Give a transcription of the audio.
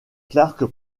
clark